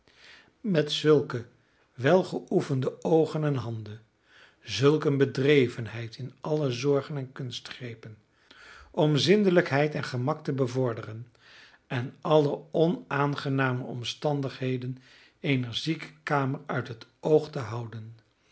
met zulke welgeoefende oogen en handen zulk een bedrevenheid in alle zorgen en kunstgrepen om zindelijkheid en gemak te bevorderen en alle onaangename omstandigheden eener ziekenkamer uit het oog te houden met